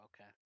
Okay